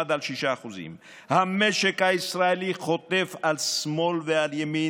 שעמד על 6%. המשק הישראלי חוטף על שמאל ועל ימין,